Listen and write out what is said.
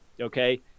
okay